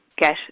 get